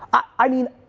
i mean,